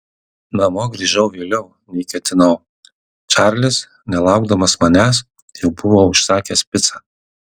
namo grįžau vėliau nei ketinau čarlis nelaukdamas manęs jau buvo užsakęs picą